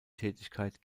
tätigkeit